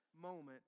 moment